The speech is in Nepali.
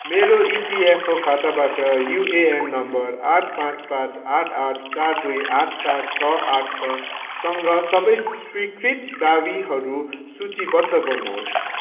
मेरो इपिएफओ खाताबाट युएएन नम्बर आठ पाचँ पाचँ आठ आठ चार दुई आठ सात छ आठ छसँग सबै स्वीकृत दावीहरू सूचीबद्ध गर्नुहोस्